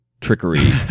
trickery